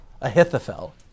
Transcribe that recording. Ahithophel